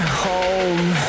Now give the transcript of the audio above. home